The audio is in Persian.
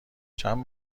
چند